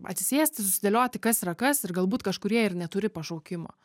atsisėsti susidėlioti kas yra kas ir galbūt kažkurie ir neturi pašaukimo